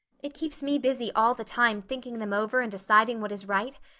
it keeps me busy all the time thinking them over and deciding what is right.